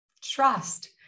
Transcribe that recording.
trust